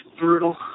brutal